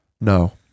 No